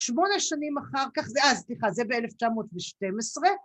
‫שמונה שנים אחר כך זה... ‫אה, סליחה, זה ב-1912.